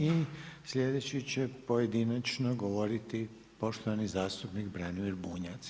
I sljedeći će pojedinačno govoriti poštovani zastupnik Branimir Bunjac.